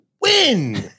win